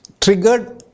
triggered